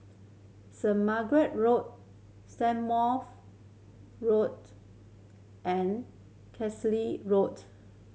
Saint Margaret Road Strathmore Road and Carlisle Road